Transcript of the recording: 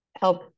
help